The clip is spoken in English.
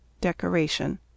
Decoration